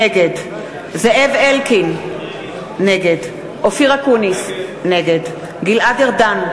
נגד זאב אלקין, נגד אופיר אקוניס, נגד גלעד ארדן,